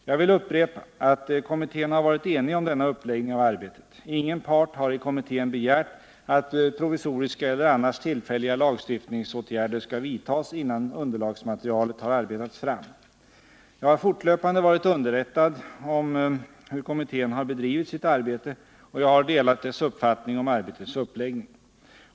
Jag vill upprepa att kommittén har varit enig om denna uppläggning av arbetet. Ingen part har i kommittén begärt att provisoriska eller annars tillfälliga lagstiftningsåtgärder skall vidtas innan underlagsmaterialet har arbetats fram. Jag har fortlöpande varit underrättad om hur kommittén har bedrivit sitt arbete, och jag har delat dess uppfattning om arbetets uppläggning.